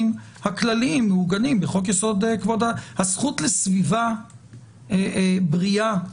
הכלליים מעוגנים בחוק יסוד: כבוד האדם וחירותו.